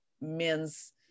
men's